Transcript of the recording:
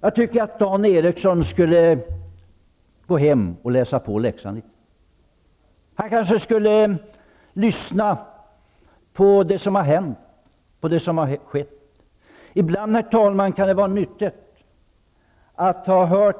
Jag tycker att Dan Eriksson i Stockholm skulle gå hem och läsa på läxan. Han kanske skulle ta reda på vad som har hänt. Ibland, herr talman, kan det vara nyttigt att höra